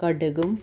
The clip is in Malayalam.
കടുകും